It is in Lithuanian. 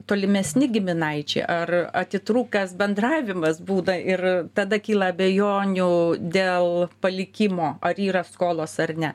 tolimesni giminaičiai ar atitrūkęs bendravimas būna ir tada kyla abejonių dėl palikimo ar yra skolos ar ne